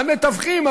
המתווכים,